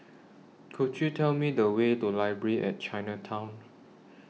Could YOU Tell Me The Way to Library At Chinatown